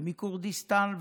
מכורדיסטן,